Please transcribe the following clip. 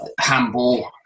handball